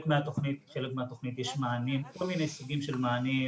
מהתוכנית יש כל מיני סוגים של מענים,